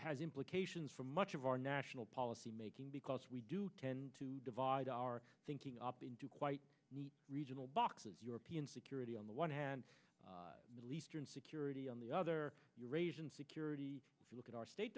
has implications for much of our national policy making because we do tend to divide our thinking up into quite regional boxes european security on the one hand middle eastern security on the other eurasian security if you look at our state